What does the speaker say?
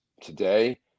today